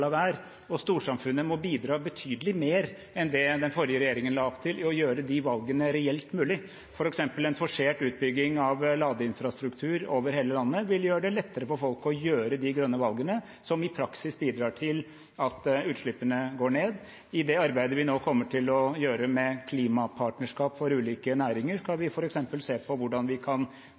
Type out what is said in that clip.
la være, og storsamfunnet må bidra betydelig mer enn det den forrige regjeringen la opp til, og gjøre de valgene reelt mulig. For eksempel vil en forsert utbygging av lavinfrastruktur over hele landet gjøre det lettere for folk å gjøre de grønne valgene som i praksis bidrar til at utslippene går ned. I det arbeidet vi nå kommer til å gjøre med klimapartnerskap for ulike næringer, skal vi f.eks. se på hvordan vi kan